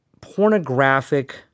pornographic